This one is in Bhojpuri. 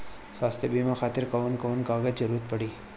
स्वास्थ्य बीमा खातिर कवन कवन कागज के जरुरत पड़ी?